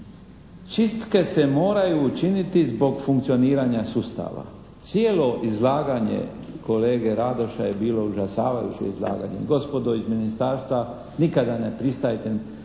Čistke se moraju učiniti zbog funkcioniranja sustava. Cijelo izlaganje kolege Radoša je bilo užasavajuće izlaganje. Gospodo iz Ministarstva nikada ne pristajte